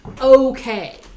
Okay